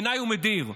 מעיניי היא מדירה.